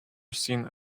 seen